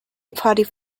party